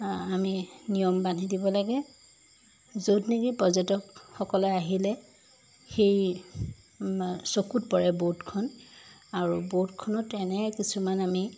আমি নিয়ম বান্ধি দিব লাগে য'ত নেকি পৰ্যটকসকলে আহিলে সেই চকুত পৰে বৰ্ডখন আৰু বৰ্ডখনত এনে কিছুমান আমি